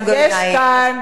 יש כאן,